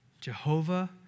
Jehovah